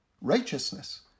righteousness